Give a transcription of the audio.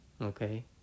Okay